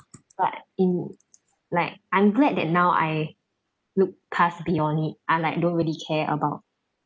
but in like I'm glad that now I look pass beyond it I like don't really care about